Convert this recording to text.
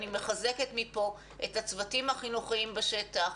אני מחזקת מפה את הצוותים החינוכיים בשטח,